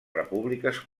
repúbliques